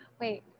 wait